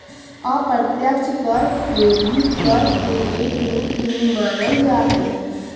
अप्रत्यक्ष कर के भी कर के एक रूप ही मानल जाहई